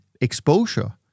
exposure